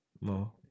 more